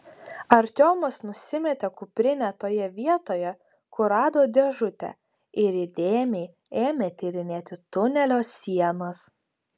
artiomas nusimetė kuprinę toje vietoje kur rado dėžutę ir įdėmiai ėmė tyrinėti tunelio sienas